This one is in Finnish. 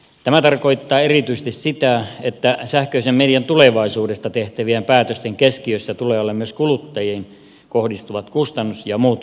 tämä tarkoittaa erityisesti sitä että sähköisen median tulevaisuudesta tehtävien päätösten keskiössä tulee olla myös kuluttajiin kohdistuvat kustannus ja muut vaikutukset